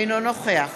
אינו נוכח